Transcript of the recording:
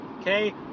Okay